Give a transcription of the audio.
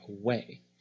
away